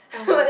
ah